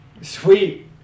Sweet